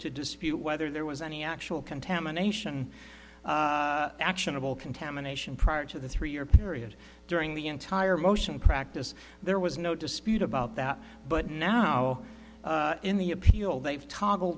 to dispute whether there was any actual contamination actionable contamination prior to the three year period during the entire motion practice there was no dispute about that but now in the appeal they've toggle